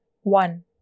one